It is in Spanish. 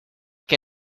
que